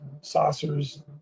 saucers